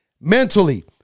mentally